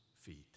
feet